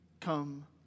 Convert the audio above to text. come